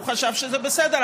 הוא חשב שזה בסדר.